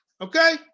Okay